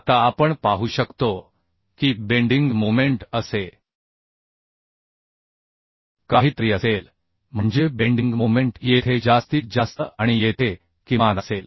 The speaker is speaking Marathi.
आता आपण पाहू शकतो की वाकण्याचा मोमेंट असे काहीतरी असेल म्हणजे वाकण्याचा मोमेंट येथे जास्तीत जास्त आणि येथे किमान असेल